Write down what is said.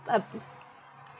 um